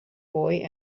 boy